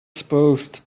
supposed